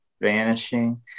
vanishing